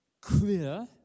clear